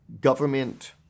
government